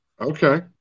Okay